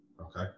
Okay